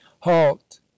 halt